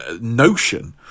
notion